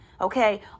okay